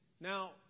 Now